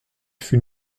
fut